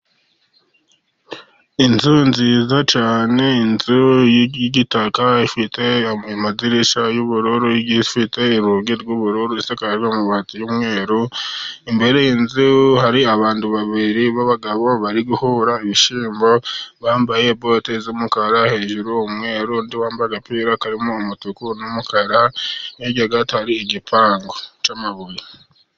Inzu nziza cyane inzu y'igitaka ifite amadirishya y'ubururu, ifite urugi rw'ubururu isakajwe amabati y'umweru, imbere y'inzu hari abantu babiri b'abagabo bari guhura ibishyimbo bambaye bote z'umukara, hejuru umweru n'undi wambaye agapira karimo umutuku n'umukara, hirya gato hariyo igipangu cy'amabuye.